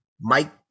Mike